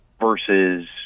versus